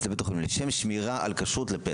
לבית החולים לשם שמירה על כשרות לפסח.